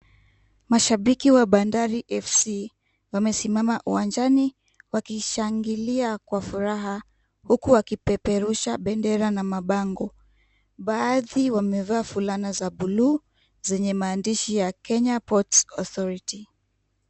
Mashabiki wa Bandari FC, wamesimama uwanjaniwakishangilia kwa furaha, huku wakipeperusha bendera na mabango. Baadhi wamevaa fulana za bluu zenye maandishi ya Kenya Ports Authority.